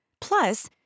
plus